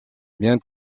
bien